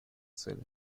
цели